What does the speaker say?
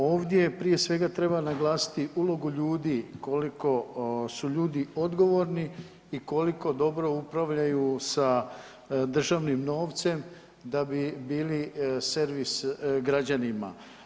Ovdje prije svega treba naglasiti ulogu ljudi koliko su ljudi odgovorni i koliko dobro upravljaju sa državnim novcem da bi bili servis građanima.